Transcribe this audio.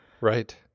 Right